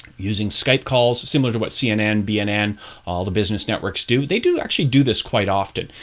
using skype calls similar to what cnn bnn all the business networks do. they do actually do this quite often.